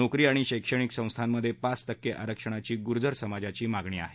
नोकरी आणि शैक्षणिक संस्थामधे पाच टक्के आरक्षणाची गुर्जर समाजाची मागणी आहे